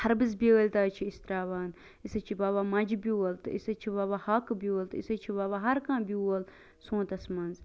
خَربٔز بیٲلۍ تہ حظ چھِ أسۍ تراوان أسۍ حظ چھِ وَوان موٚنجہ بیول تہ أسۍ حظ چھِ وَوان ہاکہٕ بیول تہِ أسۍ حظ چھِ وَوان ہر کانٛہہ بیول سونتَس مَنٛز